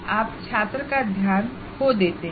आप छात्र का ध्यान खो देते हैं